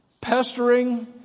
pestering